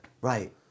Right